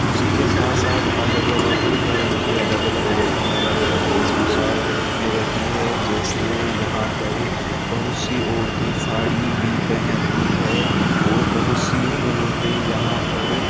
उसी के साथ साथ अलग अलग धर्म की अलग अलग औरतें अलग अलग वेषभूषा में रहती हैं जैसे यहाँ पर बहुत सी औरतें साड़ी भी पहनती है और बहुत सी औरतें यहाँ पर